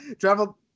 travel